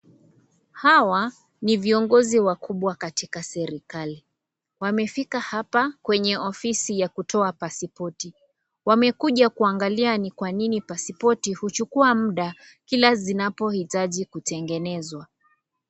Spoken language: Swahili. Hawa ni viongozi wakubwa katika serikali. Wamefika hapa kwenye ofisi ya kutoa pasipoti. Wamekuja kuangalia ni kwanini pasipoti huchukua mda, kila zinapohitaji kutengenezwa.